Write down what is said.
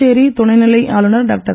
புதுச்சேரி துணைநிலை ஆளுநர் டாக்டர்